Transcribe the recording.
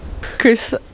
Chris